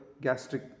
gastric